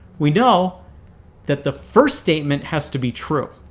we know that the first statement has to be true.